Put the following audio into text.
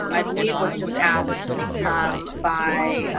um i believe was just asked um by